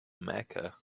mecca